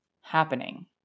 happening